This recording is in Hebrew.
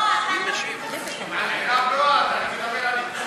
לא, לא את, אני מתכוון לליכוד,